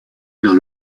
vers